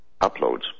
uploads